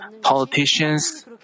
politicians